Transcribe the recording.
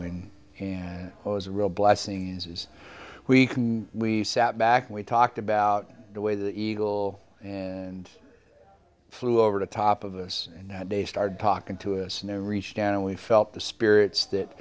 you and it was a real blessing is we can we sat back we talked about the way the eagle and flew over the top of us and they started talking to us and they reached down and we felt the spirits that